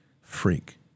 freak